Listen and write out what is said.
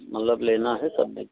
मतलब लेना है कि नहीं लेना है